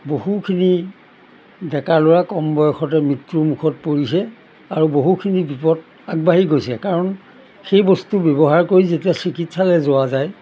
বহুখিনি ডেকা ল'ৰা কম বয়সতে মৃত্যুৰ মুখত পৰিছে আৰু বহুখিনি বিপদ আগবাঢ়ি গৈছে কাৰণ সেই বস্তু ব্যৱহাৰ কৰি যেতিয়া চিকিৎসালয় যোৱা যায়